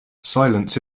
silence